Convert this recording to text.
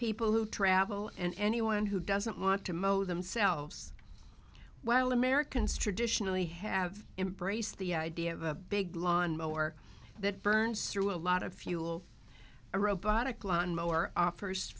people who travel and anyone who doesn't want to mow themselves well americans traditionally have embraced the idea of a big lawn mower that burns through a lot of fuel a robotic lawn mower offers